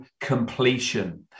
completion